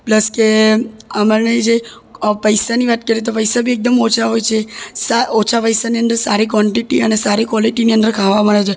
plus કે અમને જે પૈસાની વાત કરીએ તો પૈસા બી એકદમ ઓછા હોય છે સા ઓછા પૈસાની અંદર સારી કોનટેટી અને સારી કોલેટીની અંદર ખાવા મળે છે